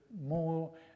more